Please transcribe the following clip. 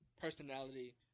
personality